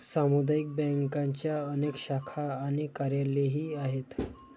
सामुदायिक बँकांच्या अनेक शाखा आणि कार्यालयेही आहेत